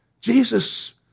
Jesus